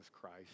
Christ